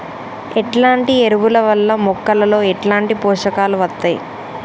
ఎట్లాంటి ఎరువుల వల్ల మొక్కలలో ఎట్లాంటి పోషకాలు వత్తయ్?